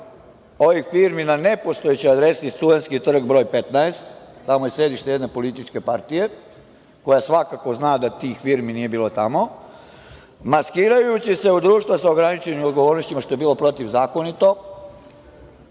ovih firmi na nepostojećoj adresi Studentski trg broj 15, tamo je sedište jedne političke partije koja svakako zna da tih firmi nije bilo tamo, maskirajući se u društva sa ograničenom odgovornošću, što je bilo protivzakonito,